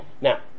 Now